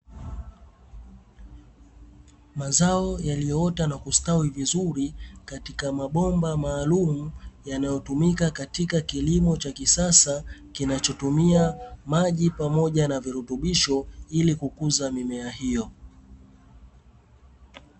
Mazao yaliyoota na kustawi vizuri katika mabomba maalumu yanayotumika katika kilimo cha kisasa, kinachotumia maji pamoja na virutubisho ili kukuza mimea hiyo.